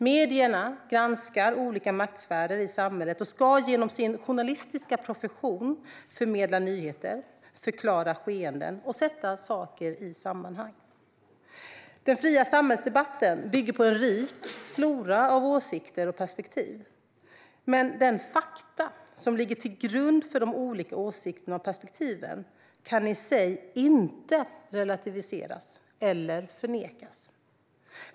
Medierna granskar olika maktsfärer i samhället och ska genom sin journalistiska profession förmedla nyheter, förklara skeenden och sätta saker i sammanhang. Den fria samhällsdebatten bygger på en rik flora av åsikter och perspektiv. Men de fakta som ligger till grund för de olika åsikterna och perspektiven kan i sig inte relativiseras eller förnekas.